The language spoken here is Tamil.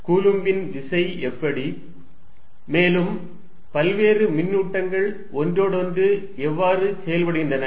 கூலும்பின் விசை எப்படி மேலும் பல்வேறு மின்னூட்டங்கள் ஒன்றோடொன்று எவ்வாறு செயல்படுகின்றன